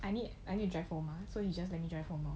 I need I need to drive home mah so I just drive home